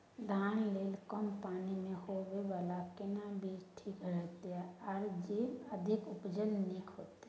धान लेल कम पानी मे होयबला केना बीज ठीक रहत आर जे अधिक उपज नीक होय?